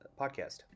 podcast